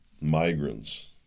migrants